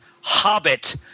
Hobbit